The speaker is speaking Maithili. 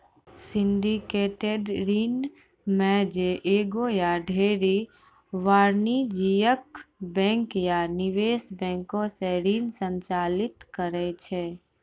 सिंडिकेटेड ऋणो मे जे एगो या ढेरी वाणिज्यिक बैंक या निवेश बैंको से ऋण संचालित करै छै